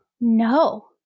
No